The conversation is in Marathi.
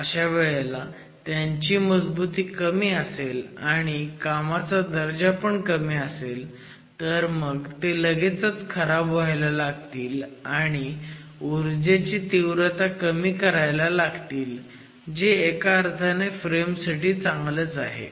अशा वेळेला त्यांची मजबुती कमी असेल आणि कामाचा दर्जा पण कमी असेल तर मग ते लगेचच खराब व्हायला लागतील आणि ऊर्जेची तीव्रता कमी करायला लागतील जे एक अर्थाने फ्रेम साठी चांगलंच आहे